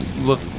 Look